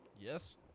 Yes